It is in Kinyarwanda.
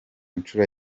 nshuro